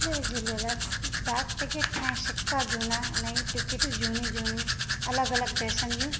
जय झूलेलाल डाक टिकेट ऐं सिका जूना नयूं टिकेटियूं जूनियूं जूनियूं अलॻि अलॻि देशनि जूं